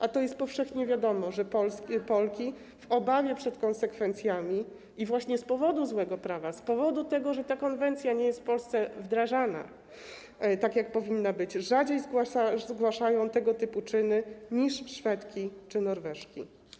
A jest powszechnie wiadomo, że Polki w obawie przed konsekwencjami i właśnie z powodu złego prawa, z powodu tego, że ta konwencja nie jest w Polsce wdrażana tak, jak powinna być, rzadziej zgłaszają tego typu czyny niż Szwedki czy Norweżki.